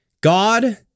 God